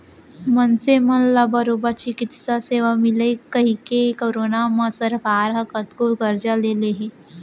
मनसे मन ला बरोबर चिकित्सा सेवा मिलय कहिके करोना म सरकार ह कतको करजा ले हे